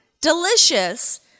delicious